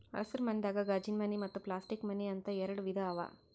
ಹಸಿರ ಮನಿದಾಗ ಗಾಜಿನಮನೆ ಮತ್ತ್ ಪ್ಲಾಸ್ಟಿಕ್ ಮನೆ ಅಂತ್ ಎರಡ ವಿಧಾ ಅವಾ